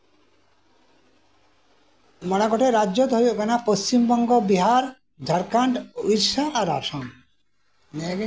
ᱢᱚᱬᱮ ᱜᱚᱴᱮᱱ ᱨᱟᱡᱡᱚ ᱫᱚ ᱦᱩᱭᱩᱜ ᱠᱟᱱᱟ ᱯᱚᱥᱪᱷᱤᱢ ᱵᱚᱝᱜᱚ ᱵᱤᱦᱟᱨ ᱡᱷᱟᱲᱠᱷᱚᱱᱰ ᱩᱲᱤᱥᱥᱟ ᱟᱥᱟᱢ ᱱᱮᱜ ᱮ ᱱᱤᱭᱟ